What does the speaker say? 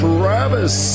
Travis